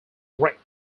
wreck